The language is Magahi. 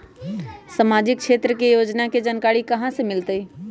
सामाजिक क्षेत्र के योजना के जानकारी कहाँ से मिलतै?